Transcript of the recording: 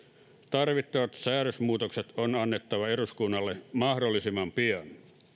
tarvittavat säädösmuutokset on annettava eduskunnalle mahdollisimman pian